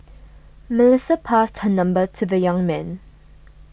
Melissa passed her number to the young man